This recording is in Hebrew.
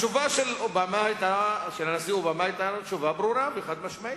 התשובה של הנשיא אובמה היתה ברורה וחד-משמעית,